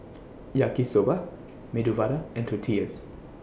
Yaki Soba Medu Vada and Tortillas